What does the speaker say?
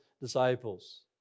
disciples